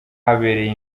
habereye